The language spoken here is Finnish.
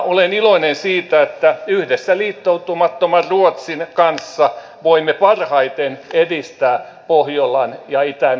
olen iloinen siitä että yhdessä liittoutumattoman ruotsin kanssa voimme parhaiten edistää pohjolan ja itämeren turvallisuutta